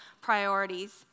priorities